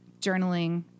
journaling